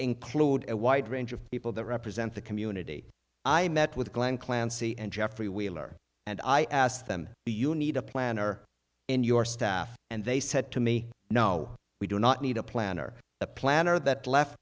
include a wide range of people that represent the community i met with glen clancy and jeffrey wheeler and i asked them the you need a planner in your staff and they said to me no we do not need a plan or a plan or that left